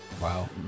Wow